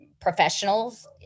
professional's